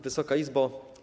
Wysoka Izbo!